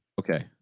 okay